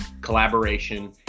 collaboration